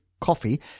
coffee